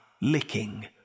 licking